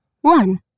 one